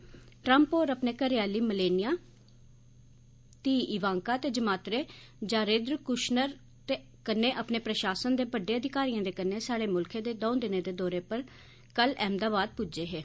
Shri Trump होर अपने घरै आली मेलानिया घीह् इवांका ते जमात्रे जारेद्र कुश्नर ते कन्नै अपने प्रशासन दे बड्डेअधिकारिएं दे कन्नै साढ़े मुल्खै दे दौं दिनें दे दौरे पर कल अहमदाबाद पुज्जे हे